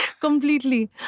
Completely